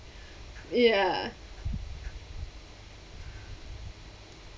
ya